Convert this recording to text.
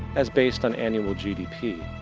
as based on annual gdp,